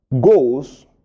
goes